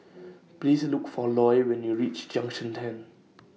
Please Look For Loy when YOU REACH Junction ten